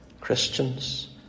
Christians